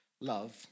love